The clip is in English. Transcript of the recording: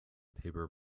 paper